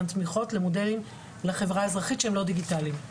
תמיכות למודלים לחברה האזרחית שהם לא דיגיטליים.